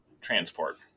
transport